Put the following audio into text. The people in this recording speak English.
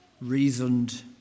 reasoned